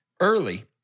early